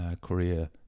Korea